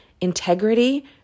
integrity